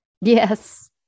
Yes